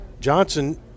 Johnson